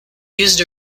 used